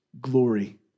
glory